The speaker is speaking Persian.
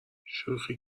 شوخی